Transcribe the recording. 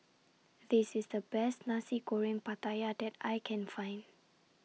This IS The Best Nasi Goreng Pattaya that I Can Find